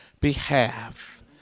behalf